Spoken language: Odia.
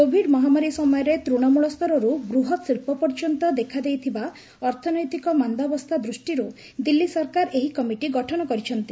କୋଭିଡ୍ ମହାମାରୀ ସମୟରେ ତୃଣମୂଳ ସ୍ତରରୁ ବୃହତ୍ ଶିଳ୍ପ ପର୍ଯ୍ୟନ୍ତ ଦେଖାଦେଇଥିବା ଅର୍ଥନୈତିକ ମାନ୍ଦାବସ୍ଥା ଦୃଷ୍ଟିରୁ ଦିଲ୍ଲୀ ସରକାର ଏହି କମିଟି ଗଠନ କରିଛନ୍ତି